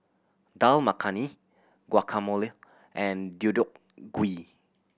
Dal Makhani Guacamole and Deodeok Gui